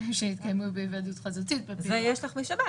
נקיים עכשיו דיון על סוגיית מעצרים זה לא נתון שאמור